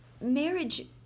marriage